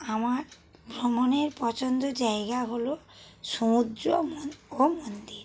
আমার ভ্রমণের পছন্দের জায়গা হলো সমুদ্র মন ও মন্দির